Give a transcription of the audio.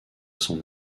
son